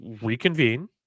reconvene